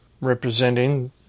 representing